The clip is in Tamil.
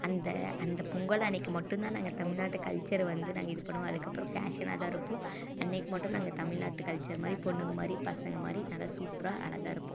அந்த அந்தப் பொங்கல் அன்றைக்கி மட்டும்தான் நாங்க தமிழ்நாட்டு கல்ச்சரை வந்து நாங்க இது பண்ணுவோம் அதுக்கப்பறம் ஃபேஷனாதான் இருப்போம் அன்றைக்கி மட்டும் நாங்க தமிழ்நாட்டு கல்ச்சர் மாதிரி பொண்ணுங்கள் மாதிரி பசங்கள் மாதிரி நல்லா சூப்பராக அழகாக இருப்போம்